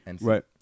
Right